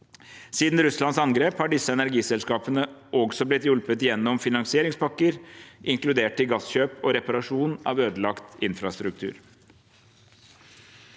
Siden Russlands angrep har disse energiselskapene også blitt hjulpet gjennom finansieringspakker, inkludert til gasskjøp og reparasjon av ødelagt infrastruktur.